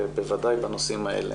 ובוודאי בנושאים האלה.